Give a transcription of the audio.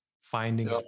finding